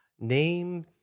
name